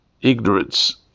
ignorance